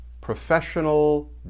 professional